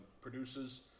produces